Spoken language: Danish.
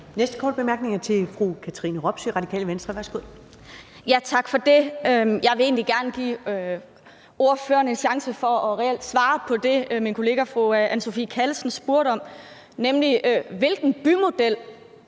Næste korte bemærkning er til fru Katrine Robsøe, Radikale Venstre. Værsgo. Kl. 15:19 Katrine Robsøe (RV): Tak for det. Jeg vil egentlig gerne give ordføreren en chance for reelt at svare på det, min kollega fru Anne Sophie Callesen spurgte om: Hvilken bymodel